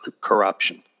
corruption